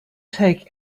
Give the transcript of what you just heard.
take